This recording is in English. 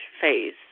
phase